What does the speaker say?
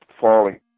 falling